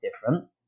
different